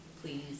please